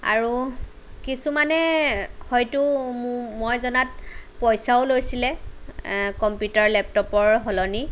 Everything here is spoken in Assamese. আৰু কিছুমানে হয়তো মই জনাত পইচাও লৈছিলে কম্পিউটাৰ লেপটপৰ সলনি